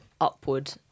upward